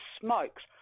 smokes